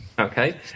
Okay